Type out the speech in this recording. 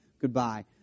goodbye